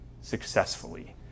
successfully